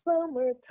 Summertime